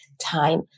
time